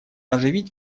оживить